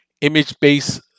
Image-based